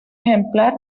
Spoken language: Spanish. ejemplar